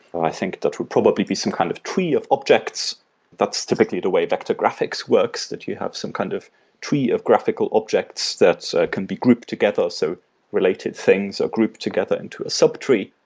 i think that would probably be some kind of tree of objects that's typically the way vectographics works that you have some kind of tree of graphical objects that ah can be grouped together so related things are grouped together into a sub tree,